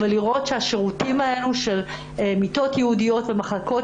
חייבים לראות שהשירותים האלה של מיטות ייעודיות ומחלקות